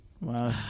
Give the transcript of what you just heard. Wow